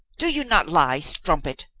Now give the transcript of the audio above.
do you not lie, strumpet?